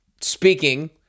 speaking